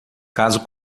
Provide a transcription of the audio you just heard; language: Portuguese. caso